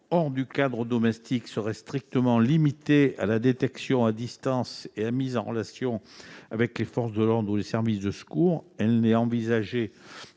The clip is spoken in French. hors du cadre domestique serait strictement limitée à la détection à distance et à la mise en relation avec les forces de l'ordre ou les services de secours. Elle n'est envisagée